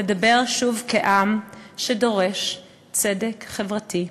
לדבר שוב כעם שדורש צדק חברתי,